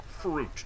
Fruit